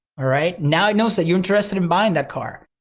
alright? now it knows that you're interested in buying that car.